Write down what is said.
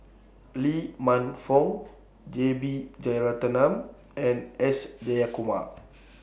Lee Man Fong J B Jeyaretnam and S Jayakumar